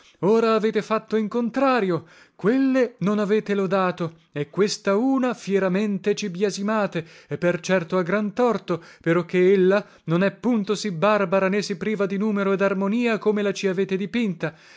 ora avete fatto in contrario quelle non avete lodato e questa una fieramente ci biasimate e per certo a gran torto peroché ella non è punto sì barbara né sì priva di numero e darmonia come la ci avete dipinta